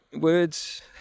Words